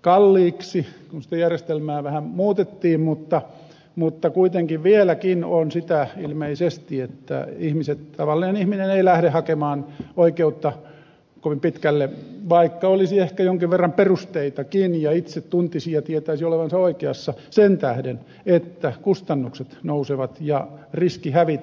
kalliiksi kun sitä järjestelmää vähän muutettiin mutta kuitenkin vieläkin on sitä ilmeisesti että tavallinen ihminen ei lähde hakemaan oikeutta kovin pitkälle vaikka olisi ehkä jonkin verran perusteitakin ja itse tuntisi ja tietäisi olevansa oikeassa sen tähden että kustannukset ja riski hävitä nousevat